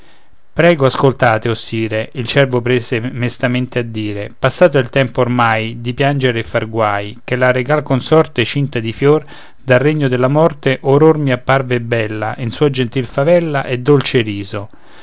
prego ascoltate o sire il cervo prese mestamente a dire passato è il tempo ormai di piangere e far guai ché la regal consorte cinta di fior dal regno della morte or or mi apparve e bella in sua gentil favella e dolce riso